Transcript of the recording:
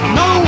no